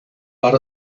but